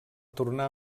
tornar